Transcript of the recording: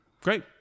Great